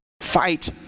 fight